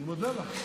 אני מודה לך,